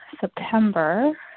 September